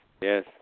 yes